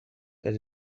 that